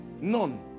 None